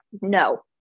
no